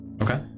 Okay